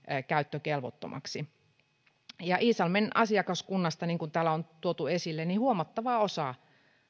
käyttökelvottomaksi iisalmen asiakaskunnasta niin kuin täällä on tuotu esille huomattava osa